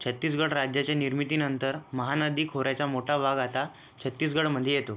छत्तीसगड राज्याच्या निर्मितीनंतर महानदी खोऱ्याचा मोठा भाग आता छत्तीसगडमध्ये येतो